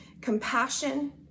Compassion